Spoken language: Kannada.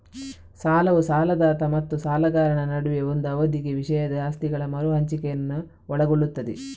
ಸಾಲವು ಸಾಲದಾತ ಮತ್ತು ಸಾಲಗಾರನ ನಡುವೆ ಒಂದು ಅವಧಿಗೆ ವಿಷಯದ ಆಸ್ತಿಗಳ ಮರು ಹಂಚಿಕೆಯನ್ನು ಒಳಗೊಳ್ಳುತ್ತದೆ